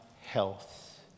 health